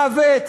מוות,